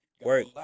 work